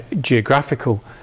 geographical